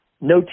no